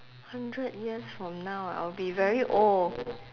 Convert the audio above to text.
hundred years from now ah I will be very old